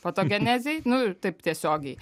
patogenezei nu taip tiesiogiai